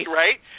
right